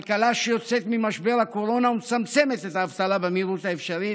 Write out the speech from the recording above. כלכלה שיוצאת ממשבר הקורונה ומצמצמת את האבטלה במהירות האפשרית,